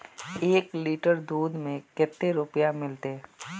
एक लीटर दूध के कते रुपया मिलते?